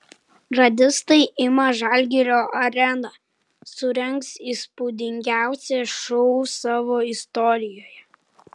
radistai ima žalgirio areną surengs įspūdingiausią šou savo istorijoje